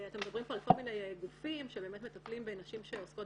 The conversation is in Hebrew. אתם מדברים פה על כל מיני גופים שבאמת מטפלים בנשים שעוסקות